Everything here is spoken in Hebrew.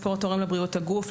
ספורט תורם לבריאות הגוף,